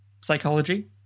psychology